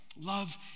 love